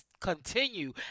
continue